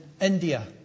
India